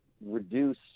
reduce